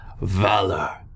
Valor